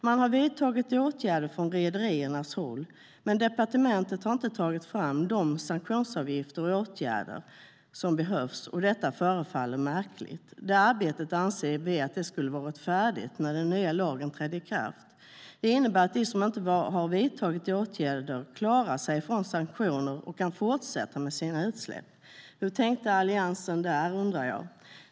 Man har vidtaget åtgärder från rederiernas håll, men departementet har inte tagit fram de sanktionsavgifter och åtgärder som behövs. Det förefaller märkligt. Det arbetet anser vi borde ha varit färdigt när den nya lagen trädde i kraft. Det innebär att de som inte har vidtagit åtgärder klarar sig från sanktioner och kan fortsätta med sina utsläpp. Hur tänkte Alliansen där?